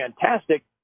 fantastic